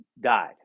died